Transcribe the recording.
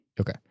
Okay